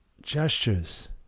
Gestures